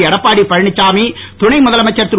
எடப்பாடி பழனிச்சாமி துணை முதலமைச்சர் திரு